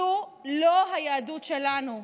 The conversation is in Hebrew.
זו לא היהדות שלנו.